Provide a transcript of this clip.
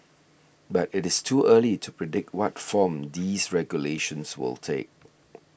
but it is too early to predict what form these regulations will take